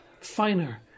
finer